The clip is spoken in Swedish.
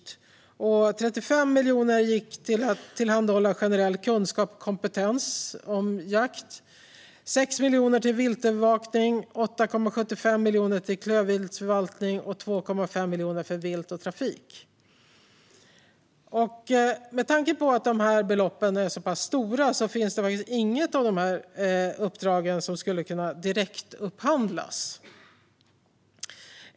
35 miljoner gick till att tillhandahålla generell kunskap och kompetens när det gäller jakt, 6 miljoner gick till viltövervakning, 8,75 miljoner till klövviltsförvaltning och 2,5 miljoner till vilt och trafik. Med tanke på att beloppen är så pass stora är det inget av uppdragen som skulle kunna direktupphandlas.